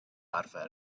arfer